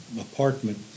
apartment